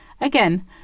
Again